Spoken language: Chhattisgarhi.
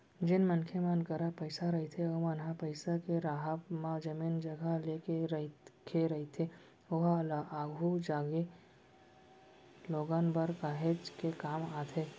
जेन मनखे मन करा पइसा रहिथे ओमन ह पइसा के राहब म जमीन जघा लेके रखे रहिथे ओहा आघु जागे लोगन बर काहेच के काम आथे